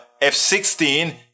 F-16